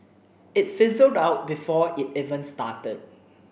it fizzled out before it even started